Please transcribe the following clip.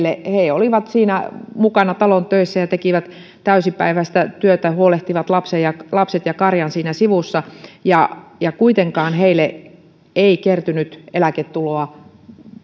olivat siinä mukana talon töissä ja tekivät täysipäiväistä työtä huolehtivat lapset ja karjan siinä sivussa ja ja kuitenkaan heille ei kertynyt eläketuloa